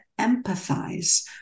empathize